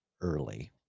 early